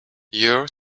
your